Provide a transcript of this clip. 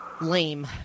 lame